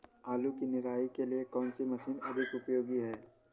आलू की निराई के लिए कौन सी मशीन अधिक उपयोगी है?